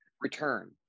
return